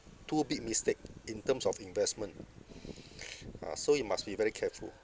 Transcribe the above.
too big mistake in terms of investment ah so you must be very careful